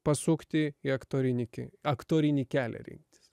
pasukti į aktorinį aktorinį kelią rinktis